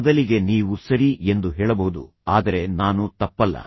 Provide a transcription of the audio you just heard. ಬದಲಿಗೆ ನೀವು ಸರಿ ಎಂದು ಹೇಳಬಹುದು ಆದರೆ ನಾನು ತಪ್ಪಲ್ಲ